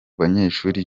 banyeshuri